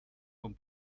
von